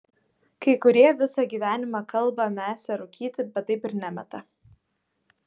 kai kurie visą gyvenimą kalba mesią rūkyti bet taip ir nemeta